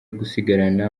gusigarana